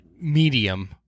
medium